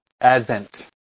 Advent